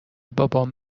بابام